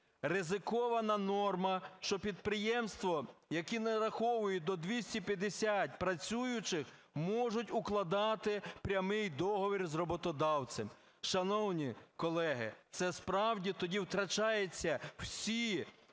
ризикована норма, що підприємства, які нараховують до 250 працюючих, можуть укладати прямий договір з роботодавцем. Шановні колеги, це справді тоді втрачаються всі